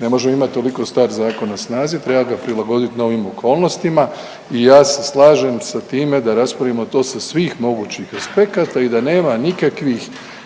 Ne možemo imati toliko star zakon na snazi, treba ga prilagoditi novim okolnostima i ja se slažem sa time da raspravimo to sa svih mogućih aspekata i da nema nikakvih